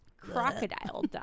Crocodile